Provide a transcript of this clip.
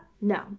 no